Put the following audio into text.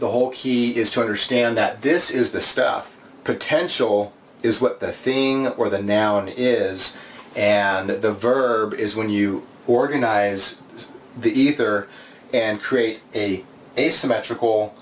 the whole key is to understand that this is the stuff potential is what the thing or the noun is and the verb is when you organize the ether and create a asymmetrical